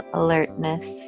alertness